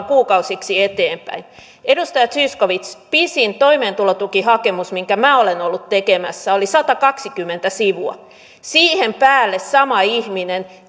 kuukausiksi eteenpäin edustaja zyskowicz pisin toimeentulotukihakemus minkä minä olen ollut tekemässä oli satakaksikymmentä sivua siihen päälle sama ihminen